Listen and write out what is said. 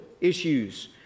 issues